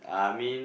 I mean